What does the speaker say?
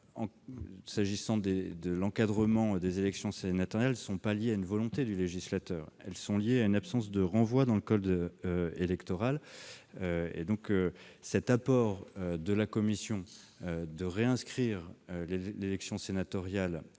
s'agissant de l'encadrement des élections sénatoriales, sont liées non à la volonté du législateur mais à une absence de renvoi dans le code électoral. Cet apport de la commission, qui réinscrit l'élection sénatoriale